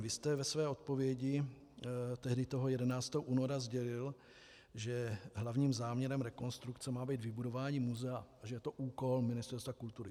Vy jste ve své odpovědi tehdy 11. února sdělil, že hlavním záměrem rekonstrukce má být vybudování muzea, že je to úkol Ministerstva kultury.